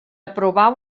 aprovar